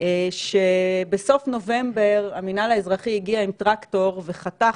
שבסוף נובמבר המינהל האזרחי הגיע עם טרקטור וחתך,